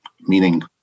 meaning